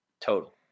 total